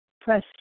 press